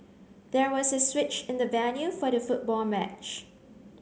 there was a switch in the venue for the football match